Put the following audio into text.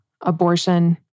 abortion